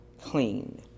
clean